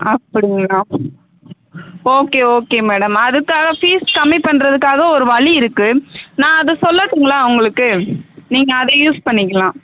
அப்படிங்களா okay okay madam அதுக்காக fees கம்மி பண்ணுறதுக்காக ஒரு வழி இருக்குது நான் அதை சொல்லட்டுங்களா உங்களுக்கு நீங்கள் அதை யூஸ் பண்ணிக்கலாம்